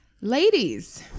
Ladies